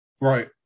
Right